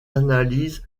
analyses